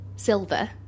Silver